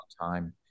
time